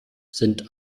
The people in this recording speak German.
sind